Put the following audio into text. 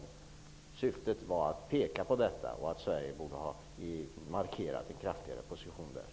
Mitt syfte var att peka på detta och på att Sverige borde har markerat sin position kraftigare i det avseendet.